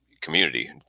community